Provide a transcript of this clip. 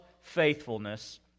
faithfulness